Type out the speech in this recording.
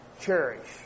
cherish